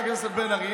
חברת הכנסת בן ארי.